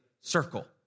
circle